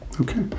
Okay